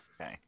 okay